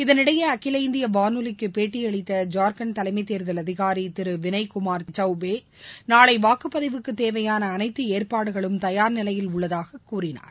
இதனிடையே அகில இந்திய வானொலிக்கு பேட்டி அளித்த ஜார்கண்ட் தலைமை தேர்தல் அதிகாரி திரு வினய்குமார் சௌபே நாளை வாக்குப்பதிவுக்கு தேவையான அனைத்து ஏற்பாடுகளும் தயார் நிலையில் உள்ளதாக கூறினார்